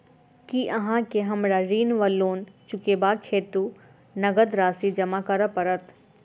की अहाँ केँ हमरा ऋण वा लोन चुकेबाक हेतु नगद राशि जमा करऽ पड़त?